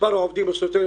מספר העובדים הסוציאליים,